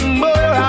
more